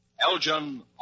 Elgin